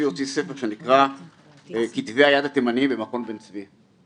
הוציא ספר שנקרא 'כתבי היד התימניים במכון בן צבי',